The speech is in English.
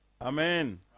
Amen